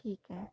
ठीक आहे